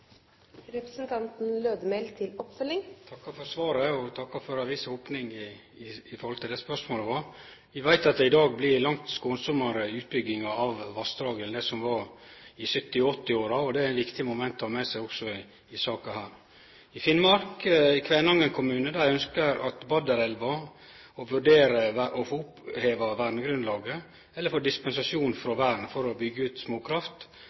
takkar for svaret, og eg takkar for ei viss opning i forhold til det som var spørsmålet. Vi veit at det i dag blir langt meir skånsame utbyggingar av vassdrag enn det som var i 1970–1980-åra, og det er eit viktig moment å ta med seg også i denne saka. I Finnmark, i Kvænangen kommune, ønskjer dei å vurdere å få oppheva vernegrunnlaget for Badderelva, eller å få dispensasjon frå vern i verneplan 2 for å byggje ut småkraft,